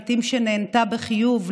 שלעיתים נענתה בחיוב,